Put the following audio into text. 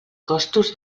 costos